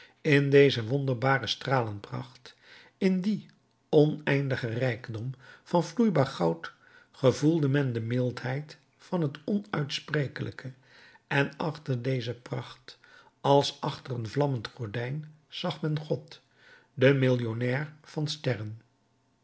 in deze wonderbare stralenpracht in dien oneindigen rijkdom van vloeibaar goud gevoelde men de mildheid van het onuitsprekelijke en achter deze pracht als achter een vlammend gordijn zag men god den millionnair van sterren